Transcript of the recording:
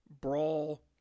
brawl